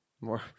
more